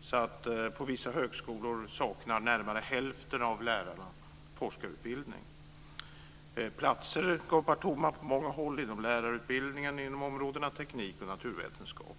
så på vissa högskolor saknar närmare hälften av lärarna forskarutbildning. Platser gapar tomma på många håll inom lärarutbildningen, inom områdena teknik och naturvetenskap.